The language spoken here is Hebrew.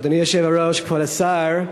אדוני היושב-ראש, כבוד השר,